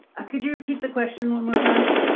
ah could you repeat the question one more time?